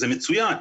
זה מצוין,